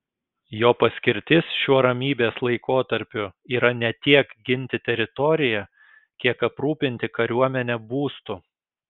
jo paskirtis šiuo ramybės laikotarpiu yra ne tiek ginti teritoriją kiek aprūpinti kariuomenę būstu